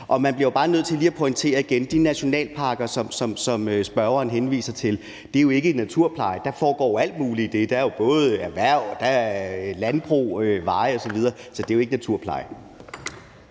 Man bliver jo bare nødt til lige at pointere igen, at de nationalparker, som spørgeren henviser til, ikke handler om naturpleje. Der foregår jo alt muligt i dem. Der er både erhverv, landbrug og veje osv., så det er jo ikke naturpleje.